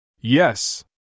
Yes